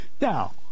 Now